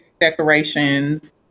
decorations